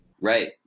Right